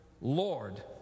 Lord